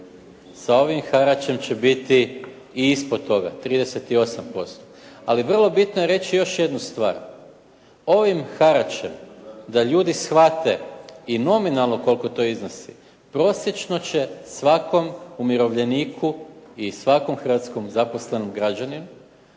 sa ovim haračem će biti i ispod toga 38%. Ali vrlo bitno je reći još jednu stvar. Ovim haračem da ljudi shvate i nominalno koliko to iznosi, prosječno će svakom umirovljeniku i svakom hrvatskom zaposlenom građaninu